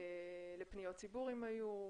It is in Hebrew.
לפניות ציבור אם היו.